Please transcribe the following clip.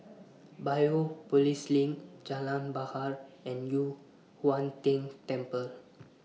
Biopolis LINK Jalan Bahar and Yu Huang Tian Temple